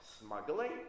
smuggling